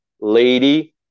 lady